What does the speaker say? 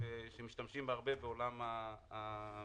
משתמשים בה הרבה בעולם המשפט,